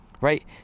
right